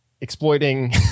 exploiting